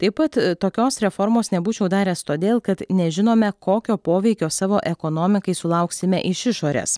taip pat tokios reformos nebūčiau daręs todėl kad nežinome kokio poveikio savo ekonomikai sulauksime iš išorės